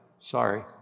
Sorry